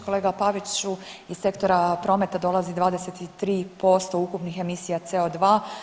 Kolega Paviću iz sektora prometa dolazi 23% ukupnih emisija CO2.